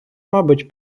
мабуть